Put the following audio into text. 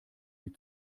die